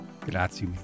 Grazie